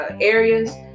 areas